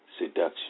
seduction